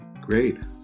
Great